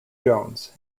jones